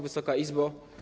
Wysoka Izbo!